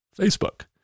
Facebook